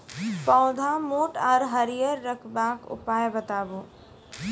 पौधा मोट आर हरियर रखबाक उपाय बताऊ?